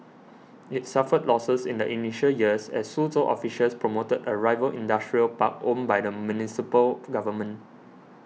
it suffered losses in the initial years as Suzhou officials promoted a rival industrial park owned by the municipal government